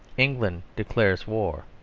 england declares war.